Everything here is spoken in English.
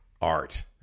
art